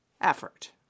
effort